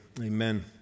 Amen